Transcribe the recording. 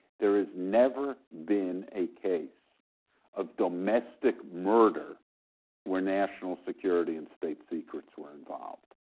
there has never been a case of domestic murder where national security and state secrets were involved.